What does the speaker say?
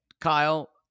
Kyle